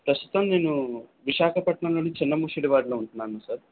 ప్రస్తుతం నేను విశాఖపట్నంలోని చిన్న మసీదు వాడలో ఉంటున్నాను సార్